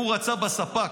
הוא רצה בספ"כ,